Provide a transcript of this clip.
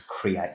create